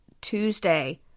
Tuesday